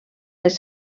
les